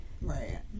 Right